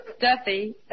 Duffy